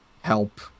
help